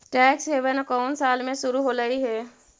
Tax haven कउन साल में शुरू होलई हे?